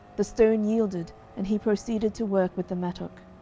the stone yielded, and he proceeded to work with the mattock.